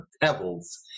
pebbles